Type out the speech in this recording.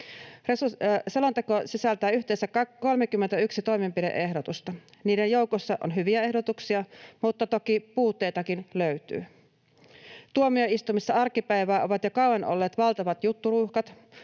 Selonteko sisältää yhteensä 31 toimenpide-ehdotusta. Niiden joukossa on hyviä ehdotuksia, mutta toki puutteitakin löytyy. Tuomioistuimissa arkipäivää ovat jo kauan olleet valtavat jutturuuhkat,